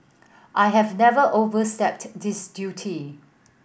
I have never overstepped this duty